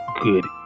good